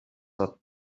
sudden